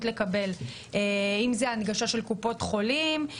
לקבל אם זה הנגשה של קופות חולים,